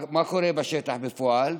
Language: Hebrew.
מה קורה בשטח, בפועל?